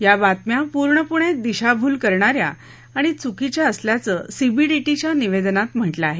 या बातम्या पूर्णपणे दिशाभूल करणा या आणि चुकीच्या असल्याचं सीबीडीटीच्या निवेदनात म्हटलं आहे